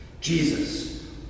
Jesus